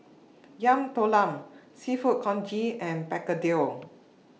Yam Talam Seafood Congee and Begedil